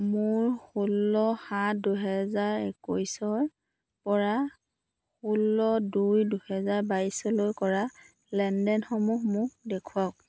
মোৰ ষোল্ল সাত দুহেজাৰ একৈছৰ পৰা ষোল্ল দুই দুহেজাৰ বাইছলৈ কৰা লেনদেনসমূহ মোক দেখুৱাওক